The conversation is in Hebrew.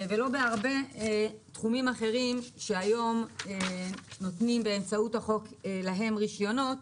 לא בתחומים אחרים שהיום נותנים באמצעות רישיונות.